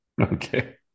okay